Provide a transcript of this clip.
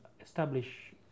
establish